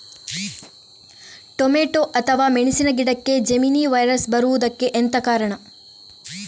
Tomato ಅಥವಾ ಮೆಣಸಿನ ಗಿಡಕ್ಕೆ ಜೆಮಿನಿ ವೈರಸ್ ಬರುವುದಕ್ಕೆ ಎಂತ ಕಾರಣ?